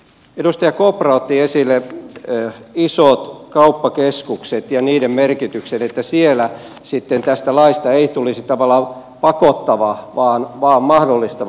edustaja kopra otti esille isot kauppakeskukset ja niiden merkityksen että siellä sitten tästä laista ei tulisi tavallaan pakottava vaan mahdollistava